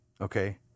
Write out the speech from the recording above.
Okay